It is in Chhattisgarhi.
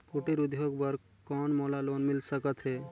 कुटीर उद्योग बर कौन मोला लोन मिल सकत हे?